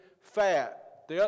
fat